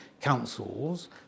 councils